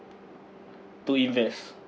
to invest